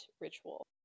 Ritual